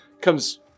comes